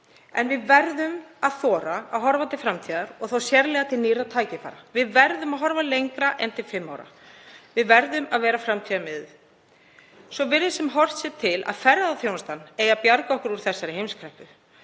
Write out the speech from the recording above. En við verðum að þora að horfa til framtíðar og þá sérlega til nýrra tækifæra. Við verðum að horfa lengra en til fimm ára. Við verðum að vera framtíðarmiðuð. Svo virðist sem horft sé til þess að ferðaþjónustan eigi að bjarga okkur út úr þessari heimskreppu.